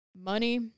money